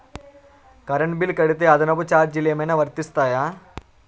Current bill కడితే అదనపు ఛార్జీలు ఏమైనా వర్తిస్తాయా?